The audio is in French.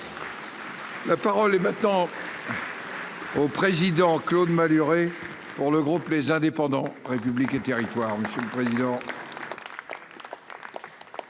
La parole est maintenant. Au président Claude Malhuret pour le groupe. Les indépendants. République et Territoires, monsieur le président.